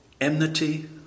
enmity